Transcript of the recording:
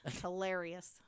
hilarious